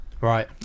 right